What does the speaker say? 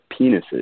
penises